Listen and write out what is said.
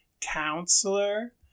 counselor